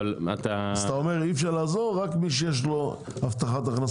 אתה אומר שאי אפשר לעזור, רק למי שיש הבטחת הכנסה.